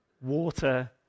water